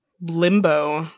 limbo